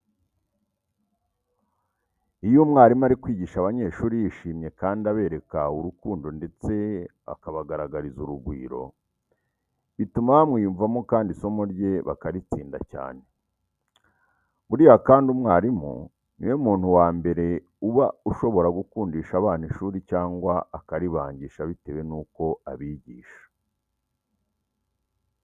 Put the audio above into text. Iyo umwarimu ari kwigisha abanyeshuri yishimye kandi abereka urukundo ndetse akabagaragariza urugwiro, bituma bamwiyumvamo kandi isomo rye bakaritsinda cyane. Buriya kandi, umwarimu ni we muntu wa mbere uba ushobora gukundisha abana ishuri cyangwa se akaribangisha bitewe nuko abigisha.